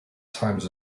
times